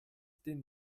den